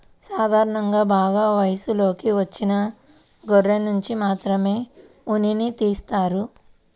సాధారణంగా బాగా వయసులోకి వచ్చిన గొర్రెనుంచి మాత్రమే ఉన్నిని తీస్తారు